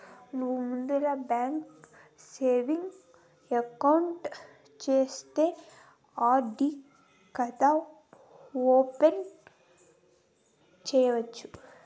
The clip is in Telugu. నువ్వు ముందల బాంకీల సేవింగ్స్ ఎకౌంటు తెరిస్తే ఆర్.డి కాతా ఓపెనింగ్ సేయచ్చు